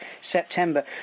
September